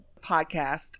podcast